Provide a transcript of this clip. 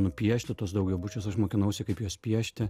nupiešti tuos daugiabučius aš mokinausi kaip juos piešti